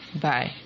Bye